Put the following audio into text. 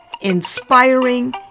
Inspiring